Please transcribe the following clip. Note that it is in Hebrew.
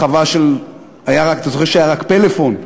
אתה זוכר שהייתה רק "פלאפון",